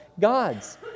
Gods